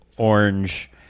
Orange